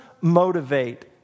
motivate